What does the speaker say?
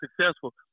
successful